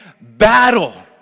battle